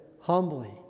humbly